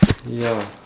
ya